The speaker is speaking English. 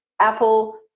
Apple